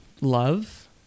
Love